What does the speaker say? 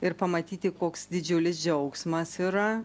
ir pamatyti koks didžiulis džiaugsmas yra